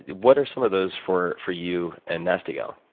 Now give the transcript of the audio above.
what are some of those for for you and nasty gal?